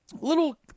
little